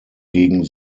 gegen